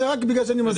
זה רק בגלל שאני מזכיר.